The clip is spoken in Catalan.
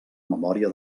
memòria